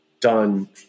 done